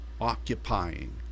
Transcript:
occupying